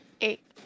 Eight